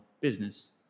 business